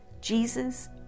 Jesus